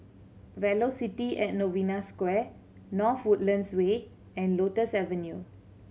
Velocity at Novena Square North Woodlands Way and Lotus Avenue